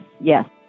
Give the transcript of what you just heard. Yes